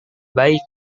baik